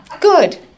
Good